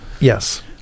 Yes